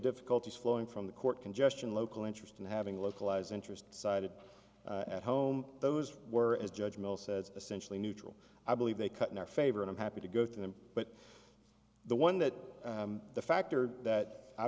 difficulties flowing from the court congestion local interest in having localized interest cited at home those were as judge will says essentially neutral i believe they cut in our favor and i'm happy to go through them but the one that the factor that i